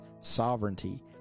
sovereignty